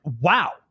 wow